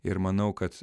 ir manau kad